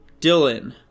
Dylan